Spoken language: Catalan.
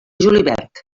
julivert